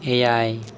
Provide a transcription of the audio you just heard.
ᱮᱭᱟᱭ